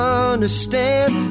understand